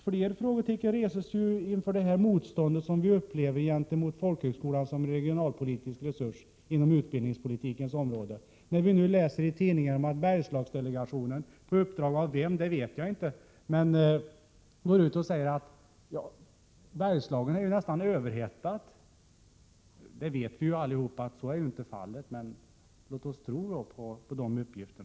Fler frågetecken reses inför det motstånd som vi upplever gentemot folkhögskolan som regionalpolitisk resurs inom utbildningspolitikens områ de, när man läser i tidningar att Bergslagsdelegationen — på uppdrag av vem vet jag inte — säger att Bergslagen är nästan överhettat. Alla vet att så inte är fallet, men låt oss tro på dessa uppgifter.